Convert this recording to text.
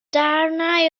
darnau